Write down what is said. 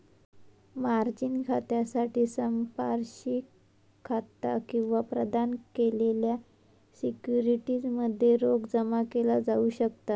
margin खात्यासाठी संपार्श्विक खाता किंवा प्रदान केलेल्या सिक्युरिटीज मध्ये रोख जमा केला जाऊ शकता